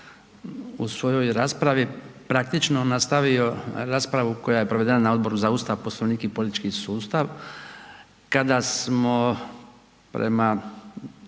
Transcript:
u svojoj raspravi praktično nastavio raspravu koja je provedena za Odboru za Ustav, Poslovnik i politički sustav kada smo prema